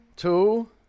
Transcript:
Two